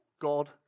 God